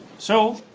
so,